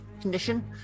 condition